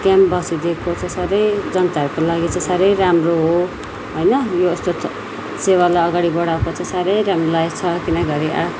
camp बसिदिएको चाहिँ साह्रै जनताहरूको लागि साह्रै राम्रो हो होइन यो यस्तो सेवालाई अगाडि बढाएको चाहिँ साह्रै राम्रो लागेको छ किन घरी